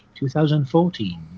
2014